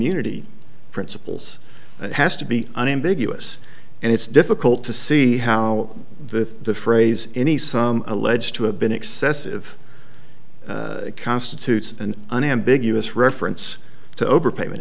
immunity principles it has to be unambiguous and it's difficult to see how the phrase any sum alleged to have been excessive constitutes an unambiguous reference to overpayment